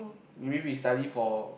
maybe we study for